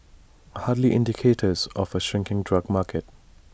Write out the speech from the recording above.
hardly indicators of A shrinking drug market